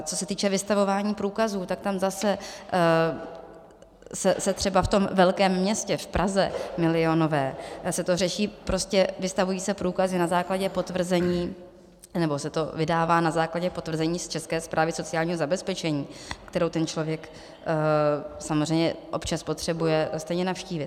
Co se týče vystavování průkazů, tak tam zase se třeba v tom velkém městě, v milionové Praze, se to řeší, prostě vystavují se průkazy na základě potvrzení nebo se to vydává na základě potvrzení z České správy sociálního zabezpečení, kterou ten člověk samozřejmě občas potřebuje stejně navštívit.